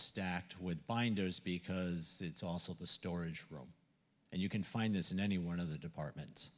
stacked with binders because it's also the storage room and you can find this in any one of the departments